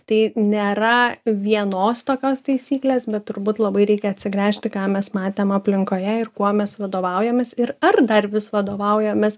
tai nėra vienos tokios taisyklės bet turbūt labai reikia atsigręžti ką mes matėm aplinkoje ir kuo mes vadovaujamės ir ar dar vis vadovaujamės